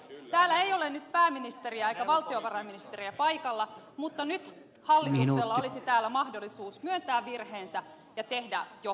täällä ei ole nyt pääministeriä eikä valtiovarainministeriä paikalla mutta nyt hallituksella olisi täällä mahdollisuus myöntää virheensä ja tehdä johtopäätöksiä